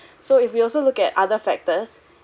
so if we also look at other factors